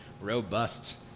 robust